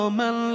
man